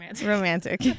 Romantic